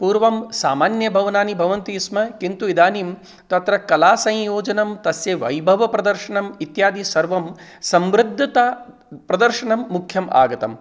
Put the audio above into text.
पूर्वं सामान्यभवनानि भवन्ति स्मः किन्तु इदानीं तत्र कलासंयोजनं तस्य वैभवप्रदर्शनम् इत्यादि सर्वं समृद्धताप्रदर्शनं मुख्यम् आगतं